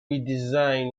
redesign